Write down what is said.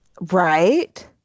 Right